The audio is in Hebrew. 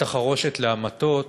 בית-החרושת להמתות,